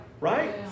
Right